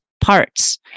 parts